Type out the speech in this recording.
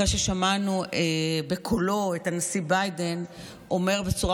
אחרי ששמענו בקולו את הנשיא ביידן אומר בצורה